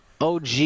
OG